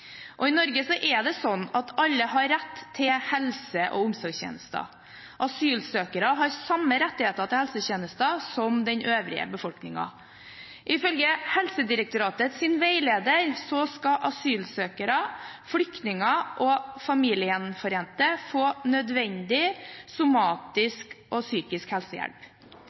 I Norge er det slik at alle har rett til helse- og omsorgstjenester. Asylsøkere har samme rettigheter til helsetjenester som den øvrige befolkningen. Ifølge Helsedirektoratets veileder skal asylsøkere, flyktninger og familiegjenforente få nødvendig «somatisk og psykisk helsehjelp».